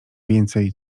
więcej